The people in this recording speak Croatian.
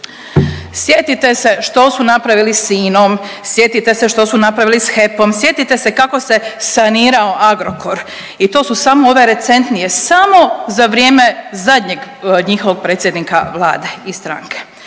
Sjetite se što su napravili s INOM, sjetite se što su napravili s HEP-om, sjetite se kako se sanirao Agrokor i to su samo ove recentnije, samo za vrijeme zadnjeg njihovog predsjednika Vlade i stranke.